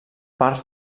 parts